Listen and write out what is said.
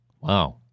Wow